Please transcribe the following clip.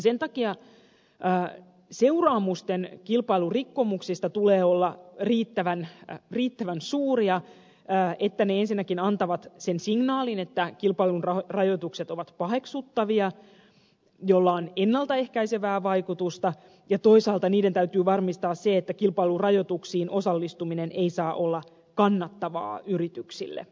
sen takia seuraamusten kilpailurikkomuksista tulee olla riittävän suuria niin että ne ensinnäkin antavat sen signaalin että kilpailun rajoitukset ovat paheksuttavia millä on ennalta ehkäisevää vaikutusta ja toisaalta niiden täytyy varmistaa se että kilpailun rajoituksiin osallistuminen ei saa olla kannattavaa yrityksille